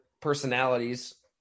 personalities